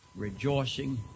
Rejoicing